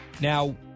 Now